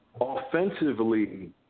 offensively